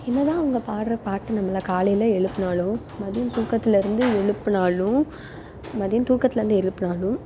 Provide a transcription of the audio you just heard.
என்ன தான் அவங்க பாடுற பாட்டு நம்மள காலையில் எழுப்பினாலும் மதியம் தூக்கத்துலேருந்து எழுப்பினாலும் மதியம் தூக்கத்துலேருந்து எழுப்பினாலும்